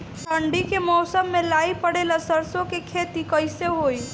ठंडी के मौसम में लाई पड़े ला सरसो के खेती कइसे होई?